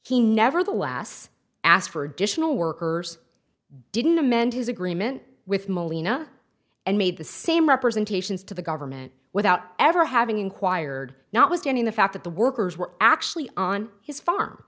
he nevertheless asked for additional workers didn't amend his agreement with molina and made the same representations to the government without ever having inquired now it was done in the fact that the workers were actually on his farm